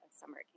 summer